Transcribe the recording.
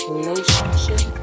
Relationship